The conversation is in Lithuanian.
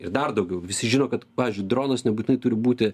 ir dar daugiau visi žino kad pavyzdžiui dronas nebūtinai turi būti